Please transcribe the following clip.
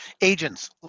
agents